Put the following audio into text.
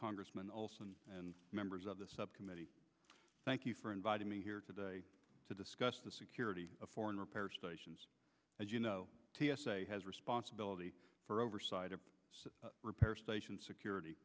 congressman olson and members of the subcommittee thank you for inviting me here today to discuss the security of foreign repair stations as you know t s a has responsibility for oversight of repair station security